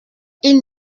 ils